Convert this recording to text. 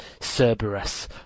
Cerberus